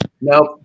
Nope